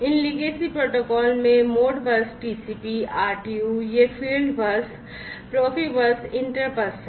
इन legacy protocol में modbus TCP RTU यह fieldbus profibus interbus है